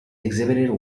exhibited